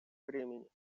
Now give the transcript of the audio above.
бремени